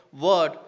word